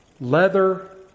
leather